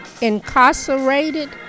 incarcerated